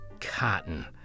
cotton